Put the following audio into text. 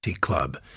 Club